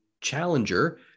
Challenger